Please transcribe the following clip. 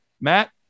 Matt